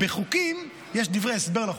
בחוקים יש דברי הסבר לחוק.